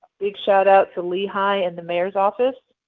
big shout out to lihi and the mayor's office.